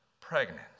pregnant